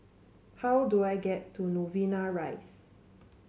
how do I get to Novena Rise